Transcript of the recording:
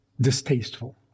distasteful